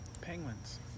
penguins